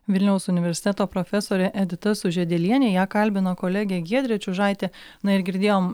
vilniaus universiteto profesorė edita sužiedelienė ją kalbino kolegė giedrė čiužaitė na ir girdėjom